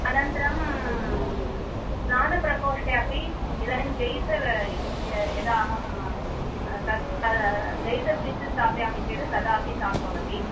अनन्तरं स्नानप्रकोष्ठे अपि इदानीं गीस़र्स यदा अहं तत् तत् गीस़र् स्विच् स्थापयामि चेत् तदा अपि शोक् भवति